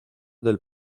del